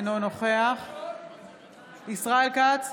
אינו נוכח ישראל כץ,